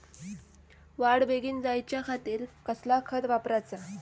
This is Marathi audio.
वाढ बेगीन जायच्या खातीर कसला खत वापराचा?